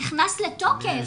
הוא כבר נכנס לתוקף,